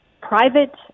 private